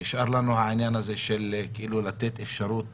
נשאר לנו העניין של לתת אפשרות